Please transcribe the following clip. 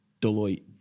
Deloitte